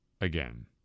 again